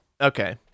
okay